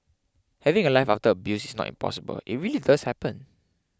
having a life after abuse is not impossible it really does happen